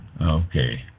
Okay